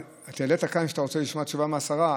אמרת כאן שאתה רוצה לשמוע תשובה מהשרה,